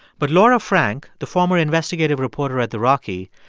but laura frank, the former investigative reporter at the rocky,